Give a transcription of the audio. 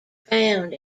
found